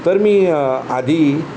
तर मी आधी